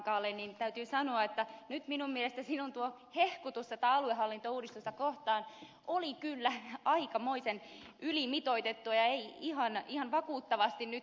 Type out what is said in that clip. rantakankaalle täytyy sanoa että minun mielestäni tuo hehkutuksenne tätä aluehallintouudistusta kohtaan oli kyllä aikamoisen ylimitoitettu ja en ihan vakuuttuneeksi tullut